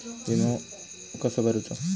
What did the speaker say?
विमा कसो भरूचो?